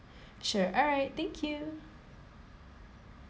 sure alright thank you